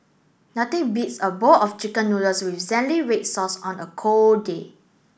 nothing beats a bowl of chicken noodles with zingy red sauce on a cold day